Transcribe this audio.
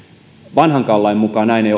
vanhankaan lain mukaan näin ei